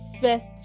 first